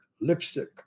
lipstick